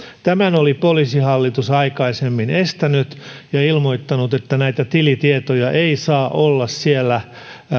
tämän oli poliisihallitus aikaisemmin estänyt ja ilmoittanut että näitä tilitietoja ei saa olla siellä